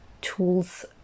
tools